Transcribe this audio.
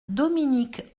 dominique